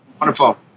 wonderful